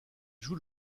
jouent